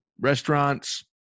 restaurants